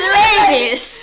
ladies